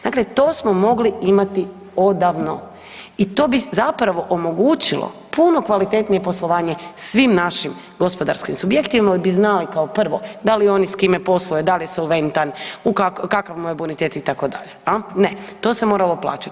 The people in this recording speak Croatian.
Dakle, to smo mogli imati odavno i to bi zapravo omogućilo puno kvalitetnije poslovanje svim našim gospodarskim subjektima jel bi znali kao prvo da li oni s kime posluju, da li je solventan, kakav mu je bonitet itd., jel, ne, to se moralo plaćat.